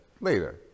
later